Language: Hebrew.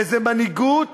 וזה מנהיגות